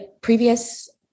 previous